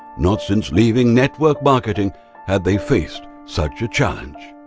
not since leaving network marketing had they faced such a challenge.